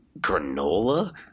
Granola